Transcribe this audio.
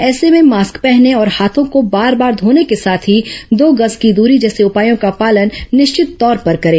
ऐसे में मास्क पहनें और हाथों को बार बार घोने के साथ ही दो गज की दूरी जैसे उपायों का पालन निश्चित तौर पर करें